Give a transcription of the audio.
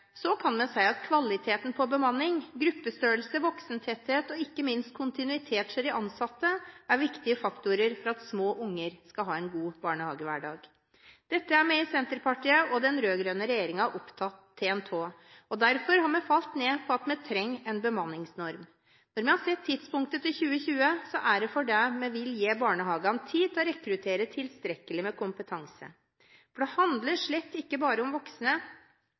kan vi si at kvaliteten på bemanning, gruppestørrelse, voksentetthet og ikke minst kontinuitet hos de ansatte er viktige faktorer for at små barn skal ha en god barnehagehverdag. Dette er vi i Senterpartiet og den rød-grønne regjeringen opptatt av, og derfor har vi falt ned på at vi trenger en bemanningsnorm. Når vi har satt tidspunktet til 2020, er det fordi vi vil gi barnehagene tid til å rekruttere tilstrekkelig med kompetanse. For det handler slett ikke bare om voksne,